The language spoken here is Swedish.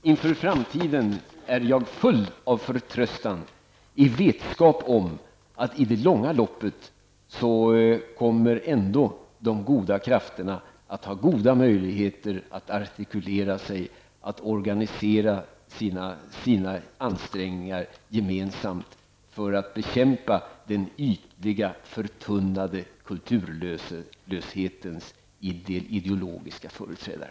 Inför framtiden är jag full av förtröstan, i vetskap om att de goda krafterna ändå i det långa loppet kommer att ha goda möjligheter att artikulera sig och att organisera sina ansträngningar gemensamt för att bekämpa den ytliga, förtunnade kulturlöshetens ideologiska företrädare.